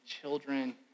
children